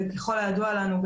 וככל הידוע לנו,